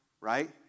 right